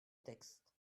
texte